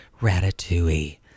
Ratatouille